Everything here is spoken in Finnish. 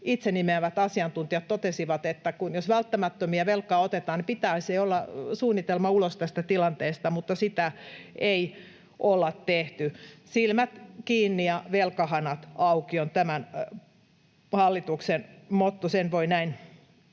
itse nimeämät asiantuntijat totesivat, että jos välttämätöntä velkaa otetaan, niin pitäisi olla suunnitelma ulos tästä tilanteesta, mutta sitä ei olla tehty. ”Silmät kiinni ja velkahanat auki” on tämän hallituksen motto.